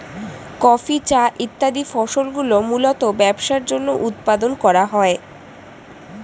coffee, চা ইত্যাদি ফসলগুলি মূলতঃ ব্যবসার জন্য উৎপাদন করা হয়